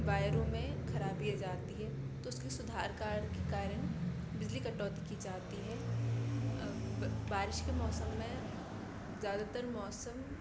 वायरों में खराबी आ जाती है तो उसकी सुधार कार्य के कारण बिजली कटौती की जाती है बारिश के मौसम में ज़्यादातर मौसम